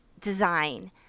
design